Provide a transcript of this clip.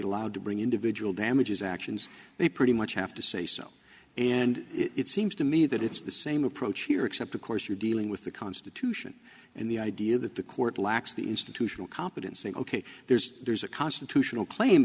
allowed to bring individual damages actions they pretty much have to say so and it seems to me that it's the same approach here except of course you're dealing with the constitution and the idea that the court lacks the institutional competence and ok there's there's a constitutional claim